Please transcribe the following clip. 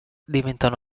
diventano